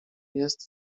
jest